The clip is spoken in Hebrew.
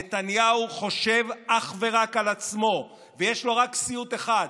נתניהו חושב אך ורק על עצמו, ויש לו רק סיוט אחד: